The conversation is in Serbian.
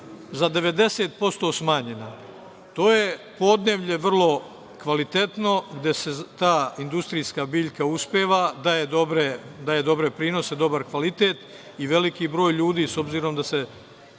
za 90% smanjena. To je podneblje vrlo kvalitetno, gde ta industrijska biljka uspeva, daje dobre prinose, dobar kvalitet i veliki broj ljudi, s obzirom da je